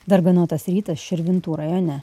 darganotas rytas širvintų rajone